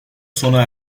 sona